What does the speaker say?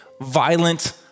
violent